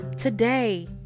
Today